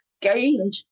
gained